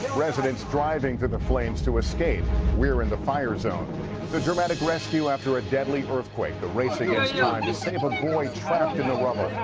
residents driving through the flames to escape we're in the fire zone the dramatic rescue after a deadly earthquake the race against time yeah to save a boy trapped in the rubble.